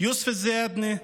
יוסף זיאדנה,